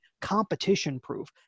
competition-proof